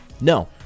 No